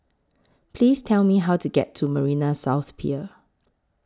Please Tell Me How to get to Marina South Pier